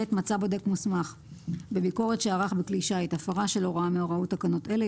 מצא בודק מוסמך בביקורת שערך בכלי שיט הפרה של הוראה מהוראות תקנות אלה,